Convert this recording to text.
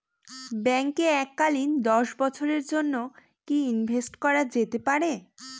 ব্যাঙ্কে এককালীন দশ বছরের জন্য কি ইনভেস্ট করা যেতে পারে?